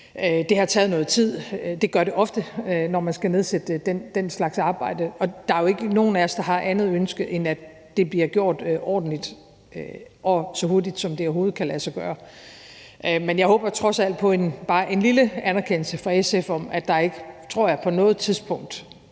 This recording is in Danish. Det har taget noget tid, og det gør det ofte, når man skal nedsætte den slags arbejde. Og der er jo ikke nogen af os, der har andet ønske, end at det bliver gjort ordentligt og så hurtigt, som det overhovedet kan lade sig gøre. Men jeg håber trods alt på bare en lille anerkendelse fra SF af, at der ikke, tror jeg, på noget tidspunkt